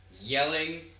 yelling